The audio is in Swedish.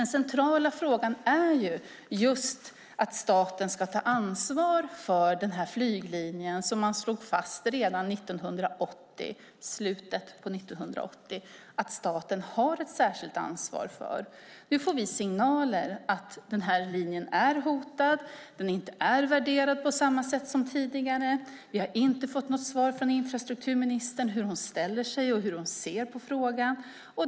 Den centrala frågan är just att staten ska ta ansvar för denna flyglinje. Man slog fast redan i slutet av 1980 att staten har ett särskilt ansvar för den. Nu får vi signaler om att linjen är hotad och att den inte är värderad på samma sätt som tidigare. Vi har inte fått något svar från infrastrukturministern om hur hon ställer sig till detta och hur hon ser på frågan.